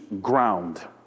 ground